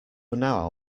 now